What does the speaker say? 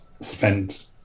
spent